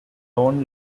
own